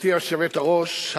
גברתי היושבת-ראש,